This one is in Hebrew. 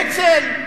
אצ"ל,